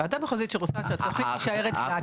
ועדה מחוזית שרוצה שהתוכנית תישאר אצלה,